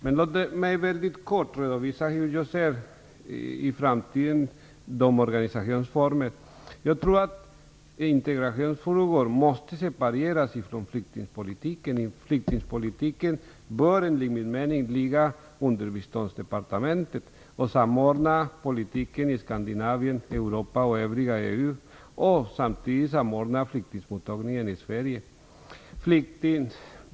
Låt mig väldigt kort redovisa hur jag ser på organisationsformen i framtiden. Jag tror att integrationsfrågor måste separeras från flyktingpolitiken. Flyktingpolitik bör, enligt min mening, ligga under samma departementsavdelning som biståndsfrågor. Politiken i Skandinavien, Europa och övriga EU bör samordnas, och samtidigt bör flyktingmottagandet i Sverige samordnas.